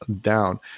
down